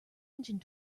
engine